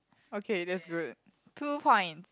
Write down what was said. okay that's good two point